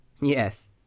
Yes